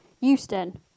Houston